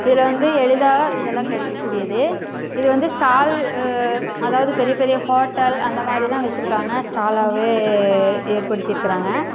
இதில் வந்து எளிதாக இதெல்லாம் கிடைக்கக்கூடியது இது வந்து ஸ்டால் அதாவது பெரிய பெரிய ஹோட்டல் அந்த மாதிரி தான் வெச்சுருக்காங்க ஸ்டாலாகவே ஏற்படுத்தியிருக்குறாங்க